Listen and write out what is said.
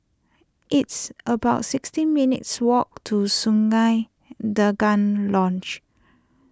it's about sixteen minutes' walk to Sungei Tengah Lodge